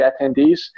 attendees